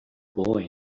boy